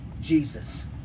Jesus